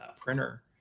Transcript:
printer